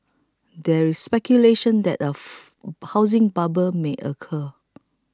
there is speculation that a housing bubble may occur